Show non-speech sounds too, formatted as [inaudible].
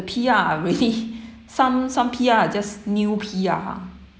P_R are really [laughs] some some P_R are just new P_R